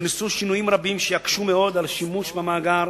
והוכנסו שינויים רבים, שיקשו מאוד את השימוש במאגר